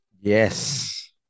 Yes